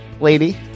lady